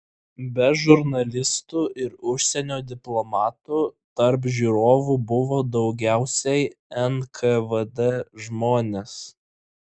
be žurnalistų ir užsienio diplomatų tarp žiūrovų buvo daugiausiai nkvd žmonės